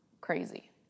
crazy